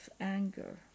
anger